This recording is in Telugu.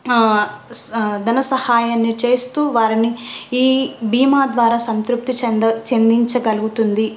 ధన సహాయాన్ని చేస్తూ వారిని ఈ భీమా ద్వారా సంతృప్తి చెంద చెందించగలుగుతుంది